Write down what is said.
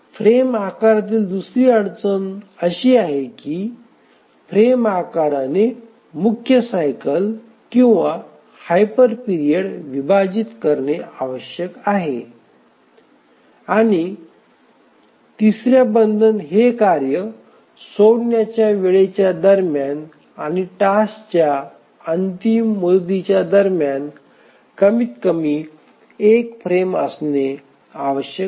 frame आकारातील दुसरी अडचण अशी आहे की फ्रेम आकाराने मुख्य सायकल किंवा हायपर पिरियड विभाजित करणे आवश्यक आहे आणि तिसर्या बंधन हे कार्ये सोडण्याच्या वेळेच्या दरम्यान आणि टास्कच्या अंतिम मुदतीच्या दरम्यान कमीतकमी एक फ्रेम असणे आवश्यक आहे